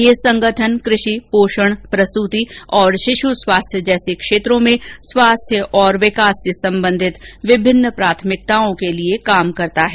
यह संगठन कृषि पोषण प्रसूति और शिशु स्वास्थ्य जैसे क्षेत्रों में स्वास्थ्य और विकास से संबंधित विभिन्न प्राथमिकताओं के लिए काम करता है